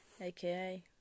AKA